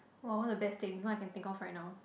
!wah! one of the best thing you know I can think of right now